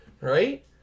right